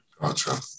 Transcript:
Gotcha